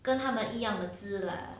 跟他们一样的字 lah